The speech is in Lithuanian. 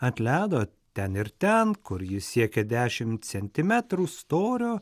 ant ledo ten ir ten kur jis siekia dešimt centimetrų storio